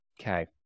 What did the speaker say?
Okay